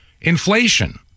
Inflation